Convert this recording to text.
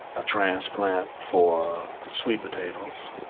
a transplant for sweet potatoes.